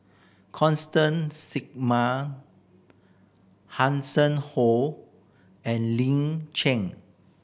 Constance Singam Hanson Ho and Lin Chen